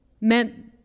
meant